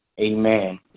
amen